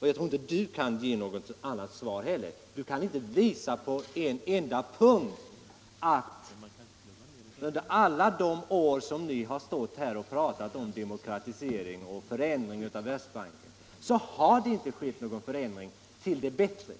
Och jag tror inte att herr Hellström kan ge något annat svar heller. Under alla de år som ni har stått här och pratat om demokratisering och förändring av Världsbanken har det inte skett någon förändring till det bättre.